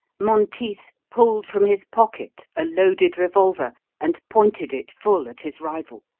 monteith pulled from his pocket a loaded revolver and pointed it full at his rival.